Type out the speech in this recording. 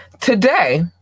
today